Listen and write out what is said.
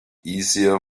easier